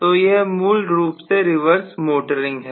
तो यह मूल रूप से रिवर्स मोटरिंग है